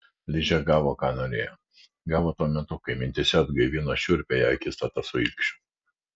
ližė gavo ko norėjo gavo tuo metu kai mintyse atgaivino šiurpiąją akistatą su ilgšiu